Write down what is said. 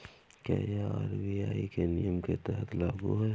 क्या यह आर.बी.आई के नियम के तहत लागू है?